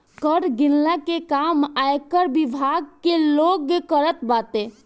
कर गिनला ले काम आयकर विभाग के लोग करत बाटे